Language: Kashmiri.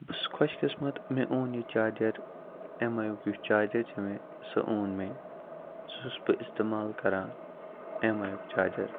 بہٕ چھُس خۄش قِسمت مےٚ اوٚن یہِ چارجَر اٮ۪م آی یُک یُس چارجَر چھُ مےٚ سُہ اوٚن مےٚ سُہ چھُس بہٕ استعمال کران اٮ۪م آی یُک چارجَر